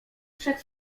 przed